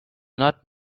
not